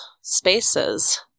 spaces